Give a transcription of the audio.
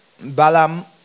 Balaam